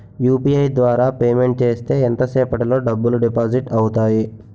UPI ద్వారా payment చేస్తే ఎంత సేపటిలో డబ్బులు డిపాజిట్ అవుతాయి?